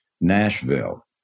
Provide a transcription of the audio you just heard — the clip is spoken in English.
Nashville